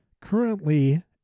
currently